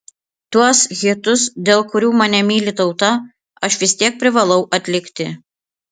tuos hitus dėl kurių mane myli tauta aš vis tiek privalau atlikti